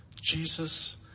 Jesus